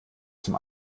zum